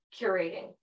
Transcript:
curating